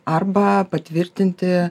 arba patvirtinti